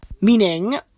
Meaning